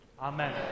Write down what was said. Amen